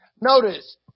Notice